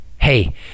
Hey